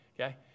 okay